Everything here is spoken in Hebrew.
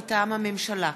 מטעם הממשלה: